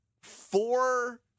four